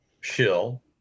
shill